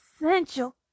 essential